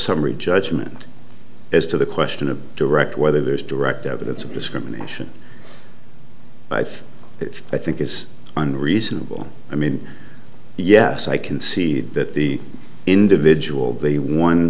summary judgment as to the question of direct whether there's direct evidence of discrimination but if i think it's unreasonable i mean yes i concede that the individual the one